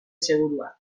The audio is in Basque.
segurua